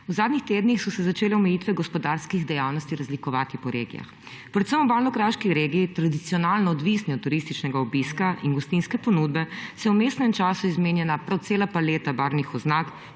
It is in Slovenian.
V zadnjih tednih so se začele omejitve gospodarskih dejavnosti razlikovati po regijah. Predvsem v Obalno-kraški regiji, tradicionalno odvisni od turističnega obiska in gostinske ponudbe, se je v vmesnem času izmenjala cela paleta barvnih oznak,